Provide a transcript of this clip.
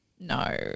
No